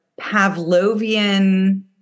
Pavlovian